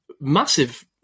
Massive